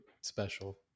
special